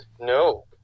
No